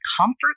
comfort